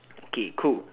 okay cool